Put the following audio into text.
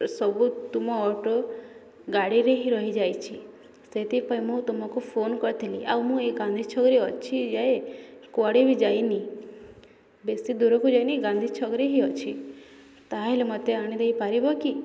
ସବୁ ତୁମ ଅଟୋ ଗାଡ଼ିରେ ହିଁ ରହିଯାଇଛି ସେଥିପାଇଁ ମୁଁ ତୁମକୁ ଫୋନ୍ କରିଥିଲି ଆଉ ମୁଁ ଏଇ ଗାନ୍ଧୀ ଛକରେ ଅଛି ଯାଏ କୁଆଡ଼େ ବି ଯାଇନି ବେଶୀ ଦୂରକୁ ଯାଇନି ଗାନ୍ଧୀ ଛକରେ ହିଁ ଅଛି ତାହେଲେ ମୋତେ ଆଣି ଦେଇପାରିବ କି